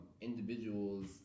individuals